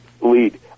lead